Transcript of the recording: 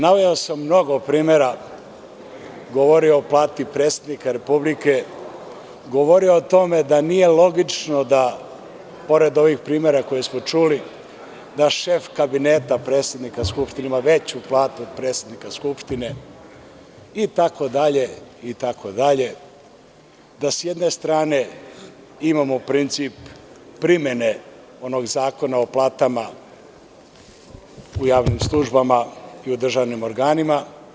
Naveo sam mnogoprimera, govorio o plati predsednika Republike, govorio o tome da nije logično, pored ovih primera koje smo čuli, da šef kabineta predsednika Skupštine ima veću platu od predsednika Skupštine itd, da s jedne strane imamo princip primene onog Zakona o platama u javnim službama i u državnim organima.